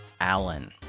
Allen